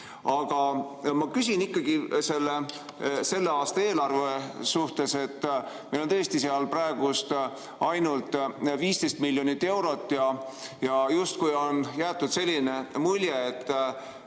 Aga ma küsin ikkagi selle aasta eelarve kohta. Meil on tõesti seal praegu ainult 15 miljonit eurot ja justkui on jäetud selline mulje, et